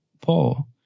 Paul